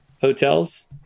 hotels